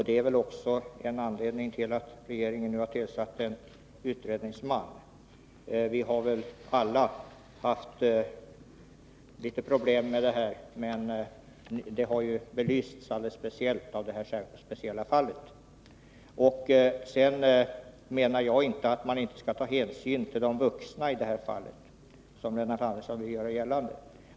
Det är väl också en anledning till att regeringen nu har tillsatt en utredningsman. Vi har ju alla varit medvetna om de här problemen, men de har särskilt belysts av detta speciella fall. Jag vill också säga att jag inte menar att man inte skall ta hänsyn till de vuxnaii det här fallet, som Lennart Andersson vill göra gällande.